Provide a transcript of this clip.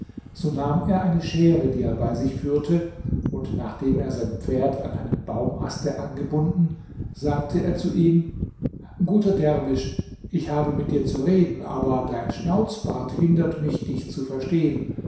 so nahm er eine schere die er bei sich führte und nachdem er sein pferd an einen baumaste gebunden sagte er zu ihm guter derwisch ich habe mit dir zu reden aber dein schnauzbart hindert mich dich zu verstehen